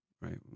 right